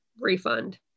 refund